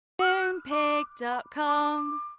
Moonpig.com